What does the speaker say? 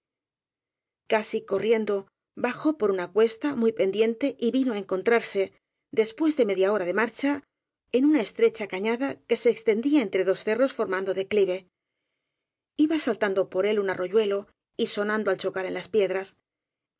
casi corriendo bajó por una cuesta muy pen diente y vino á encontrarse después de media hora de marcha en una estrecha cañada que se extendía entre dos cerros formando declive iba saltando por él un arroyuelo y sonando al chocar en las piedras